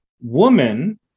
Woman